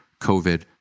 COVID